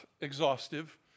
exhaustive